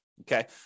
Okay